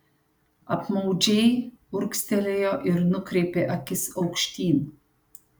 apmaudžiai urgztelėjo ir nukreipė akis aukštyn